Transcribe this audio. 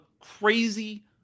crazy